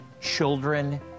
children